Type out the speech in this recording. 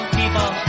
people